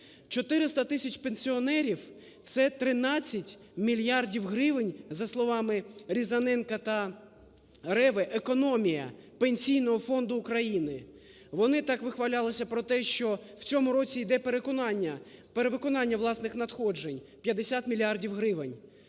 400 тисяч пенсіонерів – це 13 мільярдів гривень, за словамиРізаненко та Реви – економія Пенсійного фонду України. Вони так вихвалялися про те, що в цьому році йде переконання… перевиконання власних надходжень – 50 мільярдів гривень.